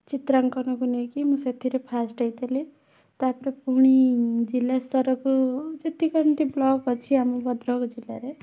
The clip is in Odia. ଚିତ୍ରାଙ୍କନକୁ ନେଇକି ମୁଁ ସେଥିରେ ଫାଷ୍ଟ୍ ହେଇଥିଲି ତା'ପରେ ପୁଣି ଜିଲ୍ଲା ସ୍ତରକୁ ଯେତିକ ଏମିତି ବ୍ଲକ୍ ଅଛି ଆମ ଭଦ୍ରକ ଜିଲ୍ଲାରେ